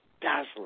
dazzling